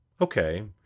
okay